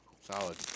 Solid